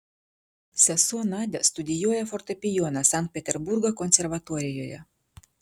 sesuo nadia studijuoja fortepijoną sankt peterburgo konservatorijoje